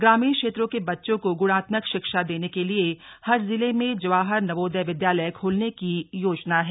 ग्रामीण क्षेत्रों के बच्चों को गुणात्मक शिक्षा देने के लिए हर जिले में जवाहर नवोदय विद्यालय खोलने की योजना है